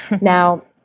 Now